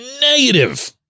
Negative